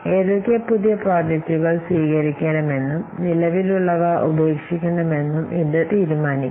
ഏതൊക്കെ പുതിയ പ്രോജക്ടുകൾ സ്വീകരിക്കണമെന്നും നിലവിലുള്ളവ ഉപേക്ഷിക്കണമെന്നും ഇത് തീരുമാനിക്കും